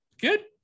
good